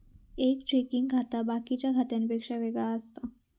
एक चेकिंग खाता बाकिच्या खात्यांपेक्षा वेगळा असता